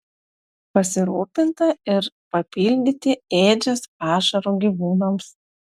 pasirūpinta ir papildyti ėdžias pašaru gyvūnams